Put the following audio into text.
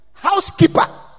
Housekeeper